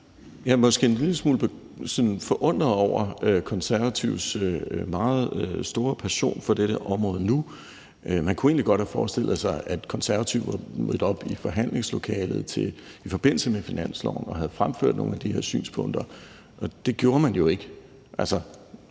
Jeg er måske en lille smule forundret over Konservatives meget store passion for dette område nu. Man kunne egentlig godt have forestillet sig, at Konservative var mødt op i forhandlingslokalet i forbindelse med finansloven og havde fremført nogle af de her synspunkter, og det gjorde man jo ikke.